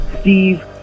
Steve